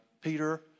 Peter